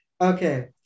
Okay